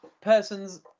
person's